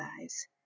eyes